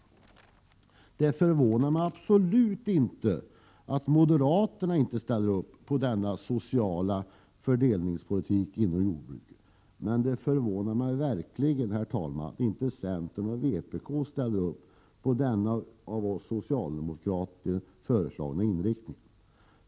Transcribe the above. Det förvånar mig absolut inte att moderaterna inte ställer upp på denna sociala fördelningspolitik inom jordbruket. Det förvånar mig dock verkligen, herr talman, att inte centern och vpk ställer upp på denna av oss socialdemokrater föreslagna inriktning.